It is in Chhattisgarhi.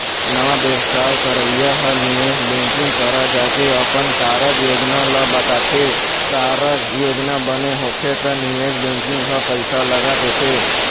नवा बेवसाय करइया ह निवेश बेंकिग करा जाके अपन कारज योजना ल बताथे, कारज योजना बने होथे त निवेश बेंकिग ह पइसा लगा देथे